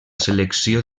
selecció